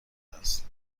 است